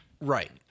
Right